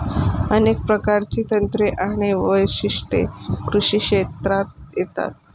अनेक प्रकारची तंत्रे आणि वैशिष्ट्ये कृषी क्षेत्रात येतात